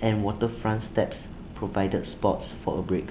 and waterfront steps provide spots for A break